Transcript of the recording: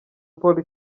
paul